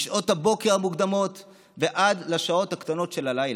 משעות הבוקר המוקדמות ועד לשעות הקטנות של הלילה.